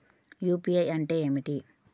UPI అంటే ఏమిటి?